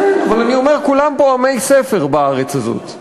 בסדר, אבל אני אומר, כולם פה עמי ספר בארץ הזאת.